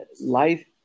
life